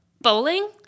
Bowling